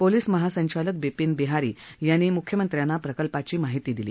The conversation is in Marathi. पोलीस महासंचालक बिपिन बिहारी यांनी मुख्यमंत्र्यांना प्रकल्पाची माहिती दिली